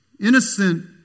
innocent